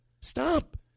stop